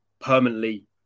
permanently